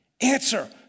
answer